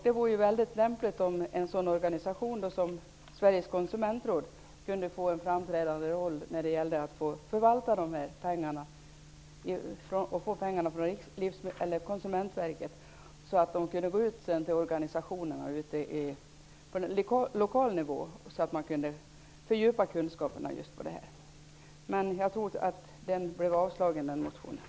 Det vore mycket lämpligt om en sådan organisation som Sveriges konsumentråd kunde få en framträdande roll när det gäller att få pengar från Konsumentverket, så att man kan gå ut till organisationerna på lokal nivå och fördjupa kunskaperna. Men jag tror att motionen med detta förslag avslogs.